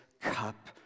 cup